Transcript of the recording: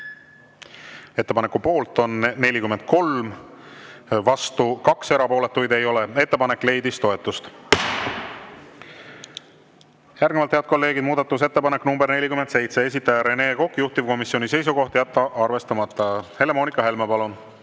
Ettepaneku poolt on 43, vastu 2, erapooletuid ei ole. Ettepanek leidis toetust. Järgnevalt, head kolleegid, muudatusettepanek nr 47, esitaja Rene Kokk, juhtivkomisjoni seisukoht on jätta arvestamata. Helle-Moonika Helme, palun!